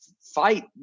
fight